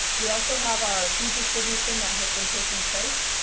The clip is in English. we also have our food distribution that has been taking place.